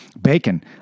bacon